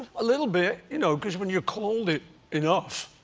a little bit, you know, because when you're called it enough,